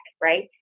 Right